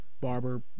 Barber